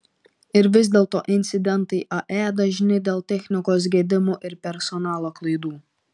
ir vis dėlto incidentai ae dažni dėl technikos gedimų ir personalo klaidų